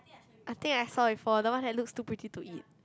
I think I saw before the one that looks too pretty to eat